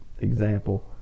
example